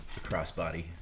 crossbody